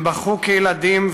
הם בכו כילדים,